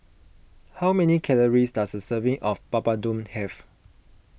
how many calories does a serving of Papadum have